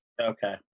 okay